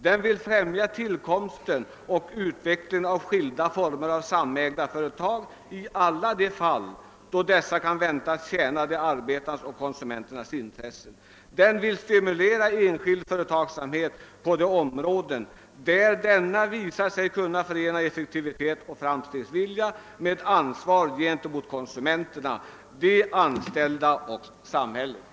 Den vill främja tillkomsten och utvecklingen av skilda former av samägda företag i alla de fall, då dessa kan väntas tjäna de arbetandes och konsumenternas intressen. Den vill stimulera enskild företagsamhet på de områden, där denna visar sig kunna förena effektivitet och framstegsvilja med ansvar gentemot konsumenterna, de anställda och samhället.>